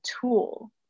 tool